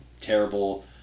terrible